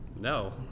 no